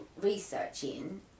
researching